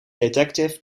detective